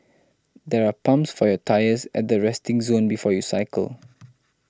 there are pumps for your tyres at the resting zone before you cycle